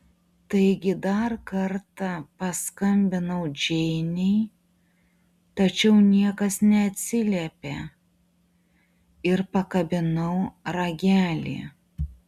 taigi dar kartą paskambinau džeinei tačiau niekas neatsiliepė ir pakabinau ragelį